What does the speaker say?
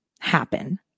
happen